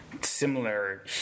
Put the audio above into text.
similar